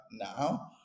now